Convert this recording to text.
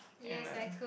and a